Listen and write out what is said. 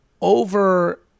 over